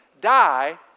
die